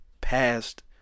past